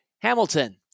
Hamilton